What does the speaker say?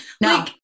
No